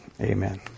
amen